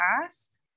past